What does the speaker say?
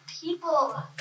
People